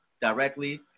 directly